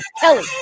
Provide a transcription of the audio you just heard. Kelly